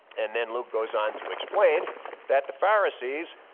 and then luke goes on to explain that the pharisees,